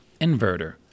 Inverter